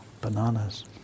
bananas